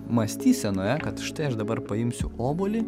mąstysenoje kad štai aš dabar paimsiu obuolį